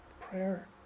prayer